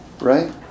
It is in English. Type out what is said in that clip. Right